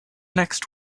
next